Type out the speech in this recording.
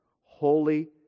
holy